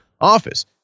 office